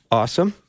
awesome